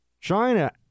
China